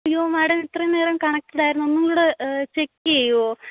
യ്യോ മാഡം ഇത്രയും നേരം കണ്ണെക്ടഡ് ആയിരുന്നു ഒന്നുംകൂടെ ചെക്കേയ്യോ